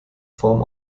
form